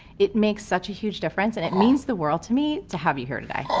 it makes such a huge difference and it means the world to me to have you here today. oh,